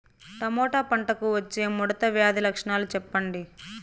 Tomato పంటకు వచ్చే ముడత వ్యాధి లక్షణాలు చెప్పండి?